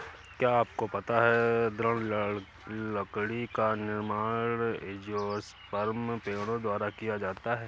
क्या आपको पता है दृढ़ लकड़ी का निर्माण एंजियोस्पर्म पेड़ों द्वारा किया जाता है?